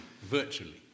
virtually